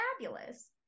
fabulous